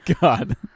God